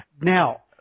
Now